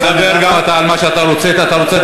תדבר גם אתה על מה שאתה רוצה.